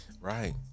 right